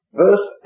verse